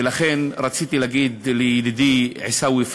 ולכן, רציתי להגיד לידידי עיסאווי פריג',